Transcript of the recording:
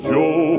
Joe